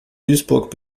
duisburg